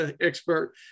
expert